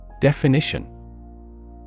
Definition